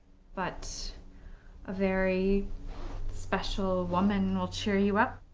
but a very special woman will cheer you up.